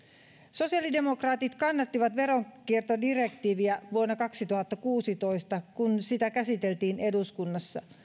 sosiaalidemokraatit kannattivat veronkiertodirektiiviä vuonna kaksituhattakuusitoista kun sitä käsiteltiin eduskunnassa